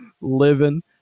living